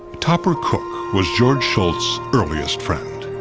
topper cook was george shultz's earliest friend.